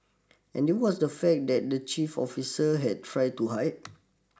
and this was the fact that the chief officers had tried to hide